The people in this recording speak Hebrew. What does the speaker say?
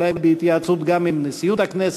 אולי בהתייעצות גם עם נשיאות הכנסת,